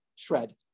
shred